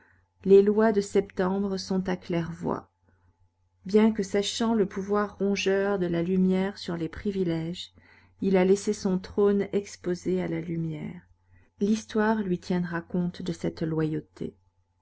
les lois de septembre sont à claire-voie bien que sachant le pouvoir rongeur de la lumière sur les privilèges il a laissé son trône exposé à la lumière l'histoire lui tiendra compte de cette loyauté